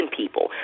people